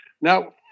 Now